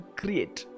create